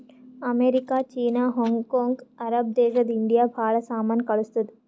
America, China, Hong Kong, Arab ದೇಶಕ್ India ಭಾಳ ಸಾಮಾನ್ ಕಳ್ಸುತ್ತುದ್